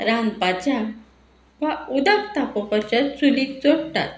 रांदपाच्या वा उदक तापोवपाच्या चुलीक जोडटात